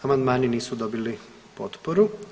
Amandmani nisu dobili potporu.